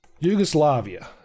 Yugoslavia